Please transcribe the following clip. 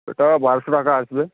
ওটা বারোশো টাকা আসবে